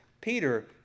Peter